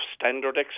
standard